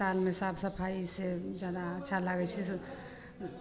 अस्पताल मे साफ सफाइ से जादा अच्छा लागै छै